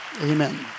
Amen